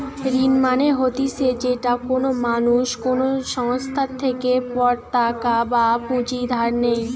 ঋণ মানে হতিছে যেটা কোনো মানুষ কোনো সংস্থার থেকে পতাকা বা পুঁজি ধার নেই